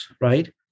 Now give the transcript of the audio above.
right